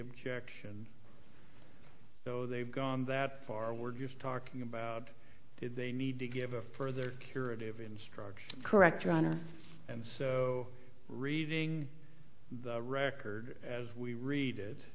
objection so they've gone that far we're just talking about did they need to give a further curative instruction correct or ana and so reading the record as we read it